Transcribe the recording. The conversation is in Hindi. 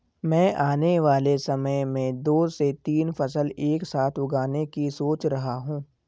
मैं आने वाले समय में दो से तीन फसल एक साथ उगाने की सोच रहा हूं